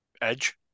Edge